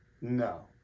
No